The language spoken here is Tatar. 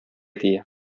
тия